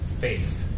faith